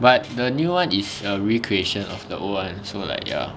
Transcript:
but the new [one] is a recreation of the old [one] so like ya